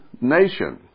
nation